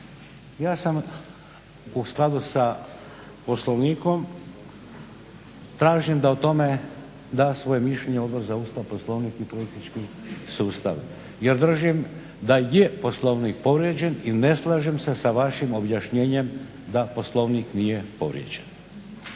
i ja u skladu s Poslovnikom tražim da o tome da svoje mišljenje Odbor za Ustav, Poslovnik i politički sustav jer držim da je Poslovnik povrijeđen i ne slažem se sa vašim objašnjenjem da Poslovnik nije povrijeđen.